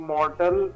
Mortal